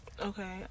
okay